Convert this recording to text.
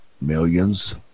millions